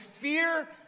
fear